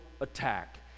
attack